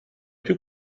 più